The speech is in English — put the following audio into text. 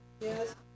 Yes